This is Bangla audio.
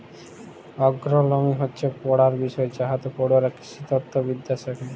এগ্রলমি হচ্যে পড়ার বিষয় যাইতে পড়ুয়ারা কৃষিতত্ত্ব বিদ্যা শ্যাখে